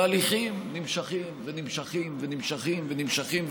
והליכים נמשכים ונמשכים ונמשכים ונמשכים,